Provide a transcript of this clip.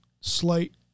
slate